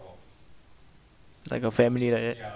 like a family like that